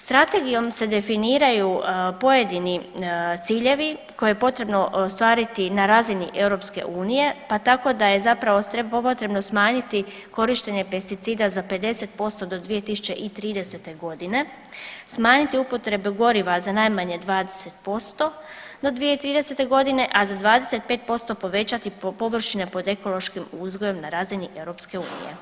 Strategijom se definiraju pojedini ciljevi koje je potrebno ostvariti na razini EU, pa tako da je zapravo potrebno smanjiti korištenje pesticida za 50% do 2030.g., smanjiti upotrebu goriva za najmanje 20% do 2030.g., a za 25% povećati površine pod ekološkim uzgojem na razini EU.